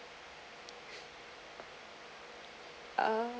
uh